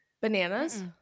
Bananas